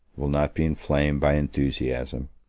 will not be inflamed by enthusiasm,